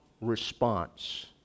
response